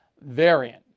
variant